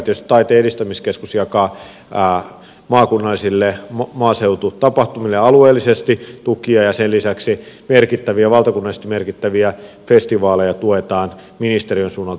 tietysti taiteen edistämiskeskus jakaa maakunnallisille maaseututapahtumille alueellisesti tukia ja sen lisäksi valtakunnallisesti merkittäviä festivaaleja tuetaan ministeriön suunnalta